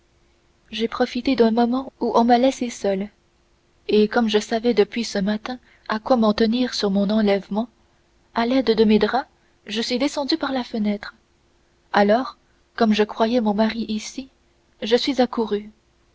j'ai profité d'un moment où l'on m'a laissée seule et comme je savais depuis ce matin à quoi m'en tenir sur mon enlèvement à l'aide de mes draps je suis descendue par la fenêtre alors comme je croyais mon mari ici je suis accourue